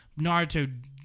Naruto